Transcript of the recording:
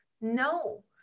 No